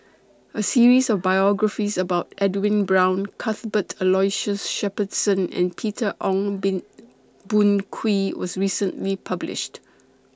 A series of biographies about Edwin Brown Cuthbert Aloysius Shepherdson and Peter Ong been Boon Kwee was recently published